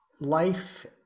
life